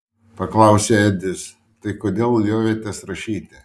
paklausė edis tai kodėl liovėtės rašyti